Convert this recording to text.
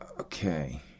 Okay